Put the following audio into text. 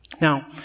Now